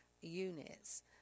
units